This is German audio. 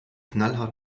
knallhart